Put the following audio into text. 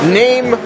name